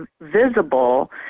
visible